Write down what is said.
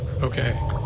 Okay